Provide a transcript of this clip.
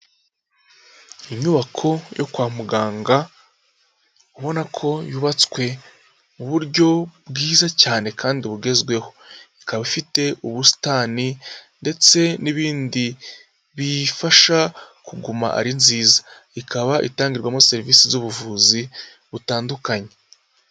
Inyubako yo kwa muganga, ubona ko yubatswe mu buryo bwiza cyane kandi bugezweho, ikaba ifite ubusitani ndetse n'ibindi bifasha kuguma ari nziza, ikaba itangirwamo serivisi z'ubuvuzi butandukanye.